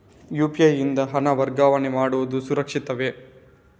UPI ಯಿಂದ ಹಣ ವರ್ಗಾವಣೆ ಮಾಡುವುದು ಸುರಕ್ಷಿತವೇ?